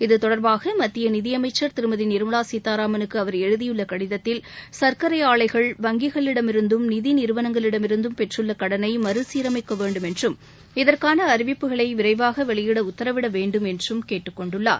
இத்தொடர்பாக மத்திய நிதியஸம்சர் திருமதி நிர்மவா கீதாராமனுக்கு அவர் எழுதியுள்ள கடிதத்தில் சர்க்கரை ஆலைகள் வங்கிகளிடமிருந்தும் நிதி நிறுவனங்களிடமிருந்தும் பெற்றுள்ள கடனை மறுசீரஎமக்க வேண்டும் என்றும் இதற்கான அறிவிப்புகளை விரைவாக வெளியிட உத்தரவிட வேண்டும் என்றும் கேட்டுக்கொண்டுள்ளார்